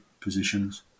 positions